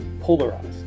polarized